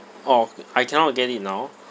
orh I cannot get it now